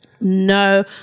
No